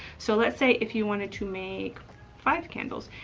so let's say if you wanted to make five candles,